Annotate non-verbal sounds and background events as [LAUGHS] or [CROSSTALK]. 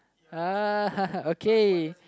uh [LAUGHS] okay